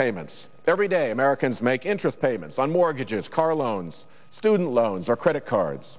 payments everyday americans make interest payments on mortgages car loans student loans or credit cards